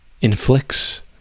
inflicts